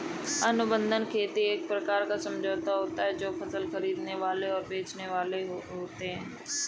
अनुबंध खेती एक प्रकार का समझौता होता है जो फसल खरीदने वाले और बेचने वाले के बीच होता है